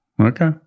Okay